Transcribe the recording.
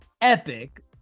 epic